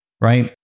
right